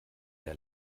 der